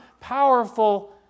powerful